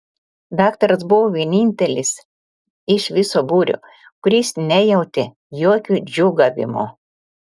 daktaras buvo vienintelis iš viso būrio kuris nejautė jokio džiūgavimo